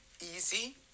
easy